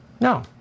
no